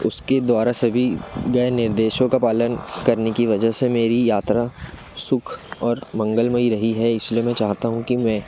उसके द्वारा सभी गए निर्देशों का पालन करने की वजह से मेरी यात्रा सुख और मंगलमयी रही है इस लिए मैं चाहता हूँ कि मैं